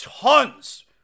Tons